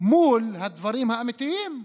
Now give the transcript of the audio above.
מול הדברים האמיתיים,